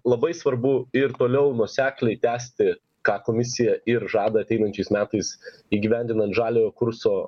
labai svarbu ir toliau nuosekliai tęsti ką komisija ir žada ateinančiais metais įgyvendinant žaliojo kurso